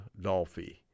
Dolphy